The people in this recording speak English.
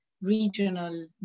regional